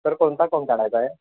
sir कोणता form काढायचा आहे